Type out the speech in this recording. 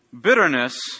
bitterness